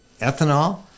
ethanol